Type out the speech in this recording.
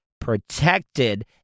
protected